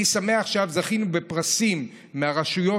אני שמח שאף זכינו בפרסים מהרשויות